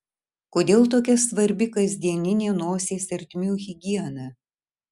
kodėl tokia svarbi kasdieninė nosies ertmių higiena